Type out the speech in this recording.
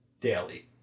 daily